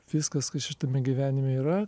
viskas kas šitame gyvenime yra